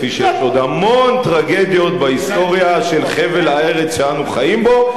כפי שיש המון טרגדיות בהיסטוריה של חבל הארץ שאנו חיים בו,